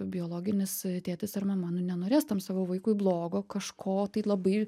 biologinis tėtis ar mama nu nenorės tam savo vaikui blogo kažko tai labai